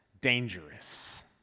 dangerous